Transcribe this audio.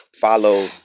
follow